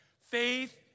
Faith